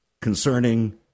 concerning